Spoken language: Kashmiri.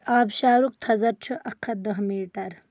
آبٕشارُک تھزر چھُ اکھ ہَتھ دہ مِیٖٹر